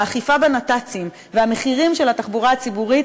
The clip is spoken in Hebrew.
האכיפה בנת"צים והמחירים של התחבורה הציבורית